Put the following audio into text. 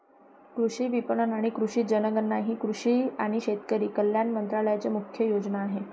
कृषी विपणन आणि कृषी जनगणना ही कृषी आणि शेतकरी कल्याण मंत्रालयाची मुख्य योजना आहे